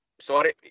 Sorry